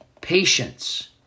Patience